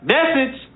Message